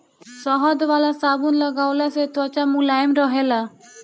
शहद वाला साबुन लगवला से त्वचा मुलायम रहेला